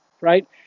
right